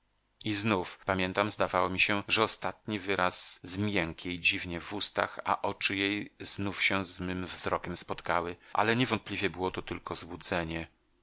i znów pamiętam zdawało mi się że ostatni wyraz zmiękł jej dziwnie w ustach a oczy jej znów się z mym wzrokiem spotkały ale niewątpliwie było to tylko